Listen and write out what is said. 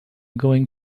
going